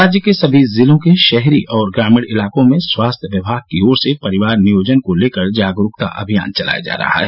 राज्य के सभी जिलों में शहरी और ग्रामीण इलाकों में स्वास्थ्य विभाग की ओर से परिवार नियोजन को लेकर जागरूकता अभियान चलाया जा रहा है